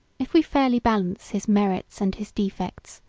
if we fairly balance his merits and his defects,